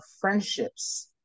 friendships